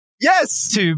Yes